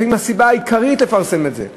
לפעמים זו הסיבה העיקרית לפרסם את זה.